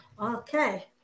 Okay